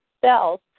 cells